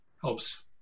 helps